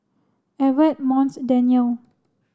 Evertt Monts Danyel